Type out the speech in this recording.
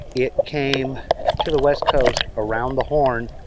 it came to the west coast, around the horn.